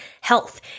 health